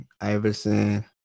Iverson